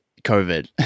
COVID